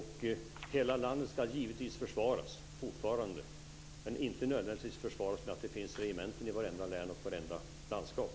Hela landet ska givetvis fortfarande försvaras men inte nödvändigtvis genom att det finns regementen i vartenda län och landskap.